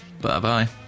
Bye-bye